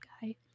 guy